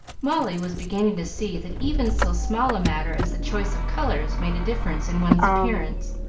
molly was beginning to see that even so small a matter as the choice of colors made a difference in one's appearance,